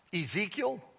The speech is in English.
Ezekiel